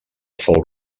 fou